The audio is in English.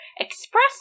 express